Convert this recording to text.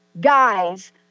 guys